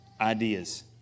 ideas